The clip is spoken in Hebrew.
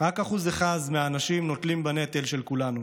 רק 1% מהאנשים נושאים בנטל של כולנו.